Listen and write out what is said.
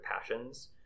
passions